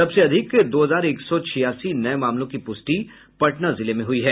सबसे अधिक दो हजार एक सौ छियासी नये मामलों की पुष्टि पटना जिले में हुई है